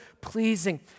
pleasing